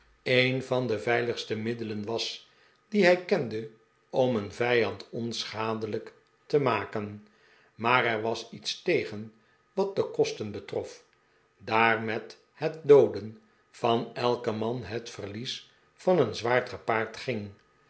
een van de veiligste middelen was die hij kende om een vijand onschadelijk te maken maar er was iets tegen wat de kosten betrof daar met het dooden van elken man het verlies van een zwaard gepaard ging